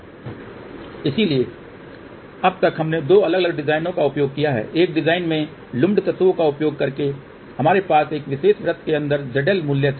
इसलिए अब तक हमने दो अलग अलग डिज़ाइनों का उपयोग किया है एक डिजाइन में लुम्पड तत्व का उपयोग करके हमारे पास इस विशेष वृत्त के अंदर zL मूल्य था